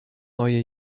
neue